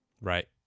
right